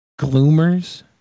Gloomers